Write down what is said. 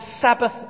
Sabbath